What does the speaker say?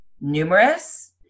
Numerous